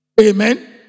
Amen